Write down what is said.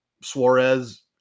Suarez